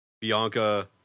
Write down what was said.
Bianca